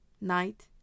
night